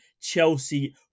Chelsea